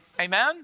Amen